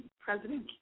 President